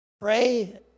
Pray